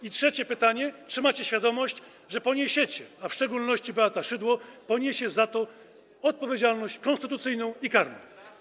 I trzecie pytanie: Czy macie świadomość, że poniesiecie, a w szczególności Beata Szydło poniesie, za to odpowiedzialność konstytucyjną i karną?